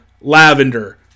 Lavender